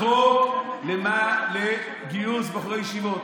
החוק לגיוס בחורי ישיבות.